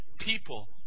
people